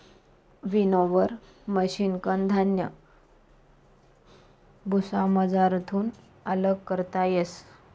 winnower मशिनकन धान्य भुसामझारथून आल्लग करता येस